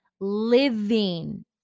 living